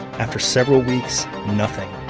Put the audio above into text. after several weeks, nothing.